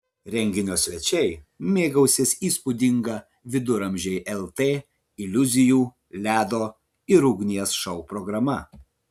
renginio svečiai mėgausis įspūdinga viduramžiai lt iliuzijų ledo ir ugnies šou programa